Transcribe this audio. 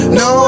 no